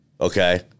Okay